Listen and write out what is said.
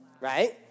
Right